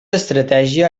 estratègia